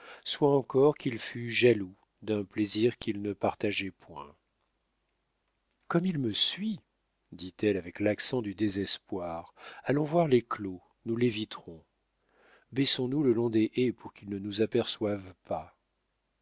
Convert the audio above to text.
soit encore qu'il fût jaloux d'un plaisir qu'il ne partageait point comme il me suit dit-elle avec l'accent du désespoir allons voir les clos nous l'éviterons baissons nous le long des haies pour qu'il ne nous aperçoive pas